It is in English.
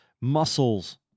muscles